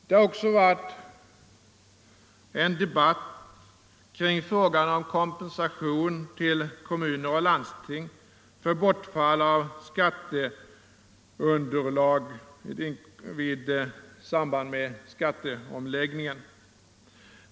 Det har också varit en debatt kring frågan om kompensation till kommuner och landsting för bortfall av skatteunderlag i samband med skatteomläggningen.